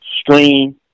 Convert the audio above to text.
stream